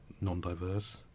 non-diverse